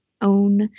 own